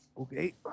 Okay